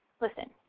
Listen